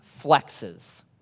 flexes